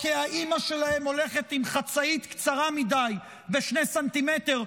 או כי האימא שלהן הולכת עם חצאית קצרה מדי בשני סנטימטר,